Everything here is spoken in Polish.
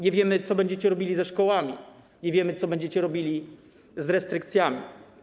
Nie wiemy, co będziecie robili ze szkołami, nie wiemy, co będziecie robili z restrykcjami.